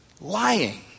lying